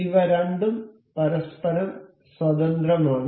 ഇവ രണ്ടും പരസ്പരം സ്വതന്ത്രമാണ്